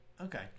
Okay